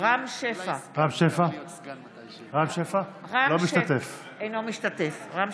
רם שפע, אינו משתתף בהצבעה